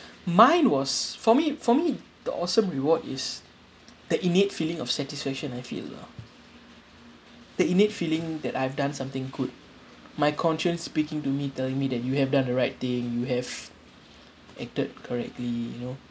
mine was for me for me the awesome reward is that innate feeling of satisfaction I feel lah the innate feeling that I've done something good my conscience speaking to me telling me that you have done the right thing you have acted correctly you know